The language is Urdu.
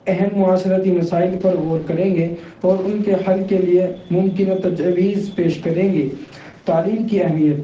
اہم معاشرتی مسائل پر غور کریں گے اور ان کے حل کے لیے ممکنہ تجاویز پیش کریں گے تعلیم کی اہمیت